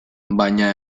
baina